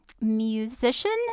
musician